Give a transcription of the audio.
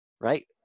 Right